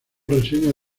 reseñas